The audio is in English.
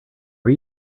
are